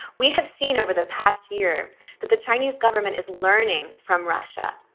we have seen over the past year that the chinese government is learning from russia.